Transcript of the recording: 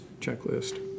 checklist